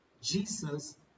Jesus